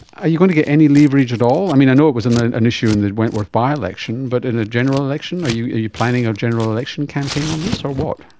are you going to get any leverage at all? i know it was an ah an issue in the wentworth by-election, but in a general election, are you you planning a general election campaign on this or what?